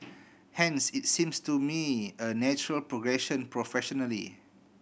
hence it seems to me a natural progression professionally